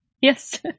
Yes